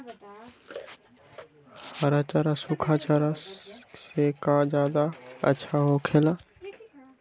हरा चारा सूखा चारा से का ज्यादा अच्छा हो ला?